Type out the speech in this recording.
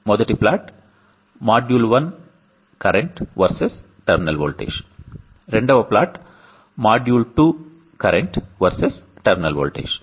మొదటి plot module 1 current versus terminal voltage రెండవ plot module 2 current versus terminal voltage